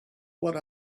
what